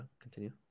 continue